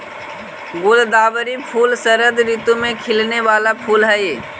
गुलदावरी फूल शरद ऋतु में खिलौने वाला फूल हई